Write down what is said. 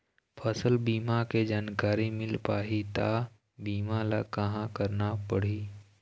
फसल बीमा के जानकारी मिल पाही ता बीमा ला कहां करना पढ़ी?